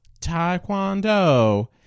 taekwondo